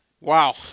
Wow